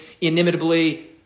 inimitably